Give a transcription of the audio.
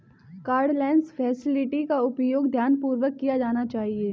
cardless facility का उपयोग ध्यानपूर्वक किया जाना चाहिए